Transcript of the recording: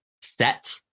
set